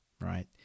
right